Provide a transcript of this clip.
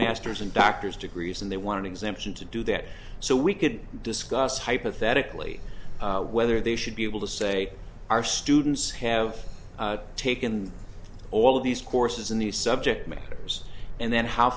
master's and doctor's degrees and they want an exemption to do that so we could discuss hypothetically whether they should be able to say our students have taken all of these courses in these subject matters and then how